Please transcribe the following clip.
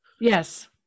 yes